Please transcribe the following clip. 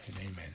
Amen